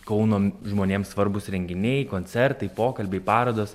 kauno žmonėms svarbūs renginiai koncertai pokalbiai parodos